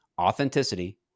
Authenticity